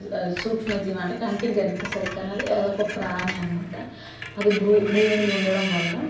సూక్ష్మజీవి అంటే కంటికి కనిపిస్తుంది కానీ అది ఒక ప్రాణి అనమాట అది బ్రూ భూమిలో ఉండడం వల్ల